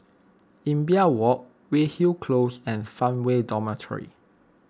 Imbiah Walk Weyhill Close and Farmway Dormitory